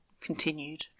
continued